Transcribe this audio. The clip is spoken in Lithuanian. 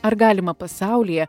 ar galima pasaulyje